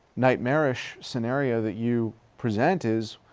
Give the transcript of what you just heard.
nightmarish scenario that you present is